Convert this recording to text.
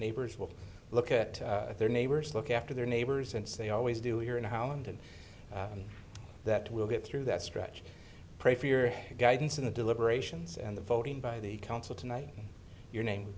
neighbors will look at their neighbors look after their neighbors and say always do here in holland and that will get through that stretch pray for your guidance in the deliberations and the voting by the council tonight your name